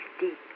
deep